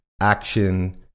Action